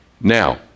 Now